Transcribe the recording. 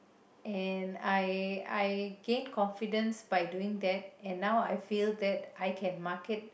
and I I gained confidence by doing that and now I feel that I can market